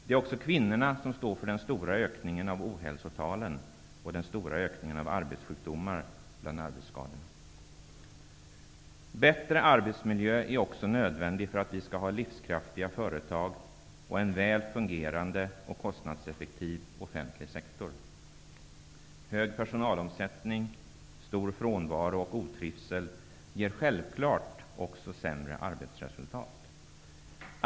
Det är också kvinnorna som står för den stora ökningen av ohälsotalen och den stora ökningen av arbetssjukdomar bland arbetstagare. En bättre arbetsmiljö är också nödvändig för att vi skall ha livskraftiga företag och en väl fungerande och kostnadseffektiv offentlig sektor. Hög personalomsättning, stor frånvaro och otrivsel ger självfallet också sämre arbetsresultat.